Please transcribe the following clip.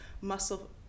muscle